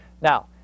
Now